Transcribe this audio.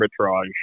arbitrage